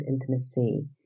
intimacy